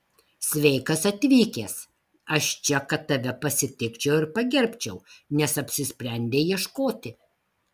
sveikas atvykęs aš čia kad tave pasitikčiau ir pagerbčiau nes apsisprendei ieškoti